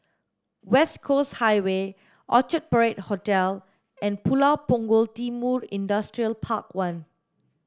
West Coast Highway Orchard Parade Hotel and Pulau Punggol Timor Industrial Park one